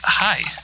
Hi